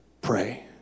pray